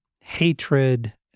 hatred